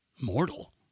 mortal